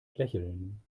lächeln